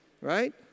right